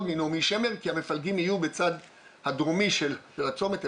מנעמי שמר כי המפלגים יהיו בצד הדרומי של הצומת,